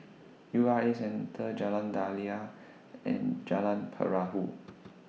U R A Centre Jalan Daliah and Jalan Perahu